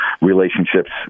relationships